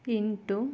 ಎಂಟು